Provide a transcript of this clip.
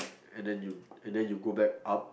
and then you and then you go back up